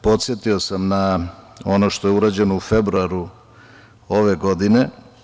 Podsetio sam na ono što je urađeno u februaru ove godine.